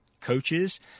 coaches